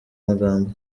magambo